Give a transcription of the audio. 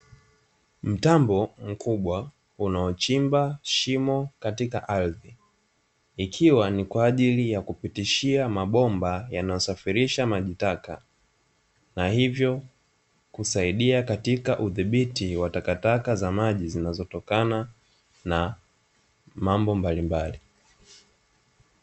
Mtambo mkubwa unaochimba shimo katika ardhi ikiwa ni kwa ajili ya kupitishia mabomba yanayosafirisha maji taka na hivyo kusaidia katika udhibiti wa takataka za maji zinazotokana na mambo mbalimbali.